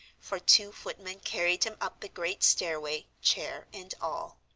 for two footmen carried him up the great stairway, chair and all.